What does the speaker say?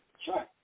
Sure